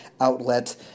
outlet